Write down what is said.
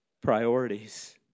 priorities